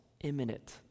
imminent